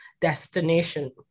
destination